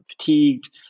fatigued